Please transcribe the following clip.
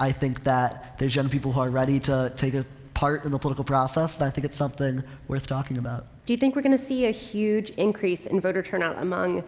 i think that there's young people who are ready to take a part in the political process, but i think it's something worth talking about. dr. hoffman do you think we're going to see a huge increase in voter turnout among